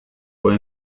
fue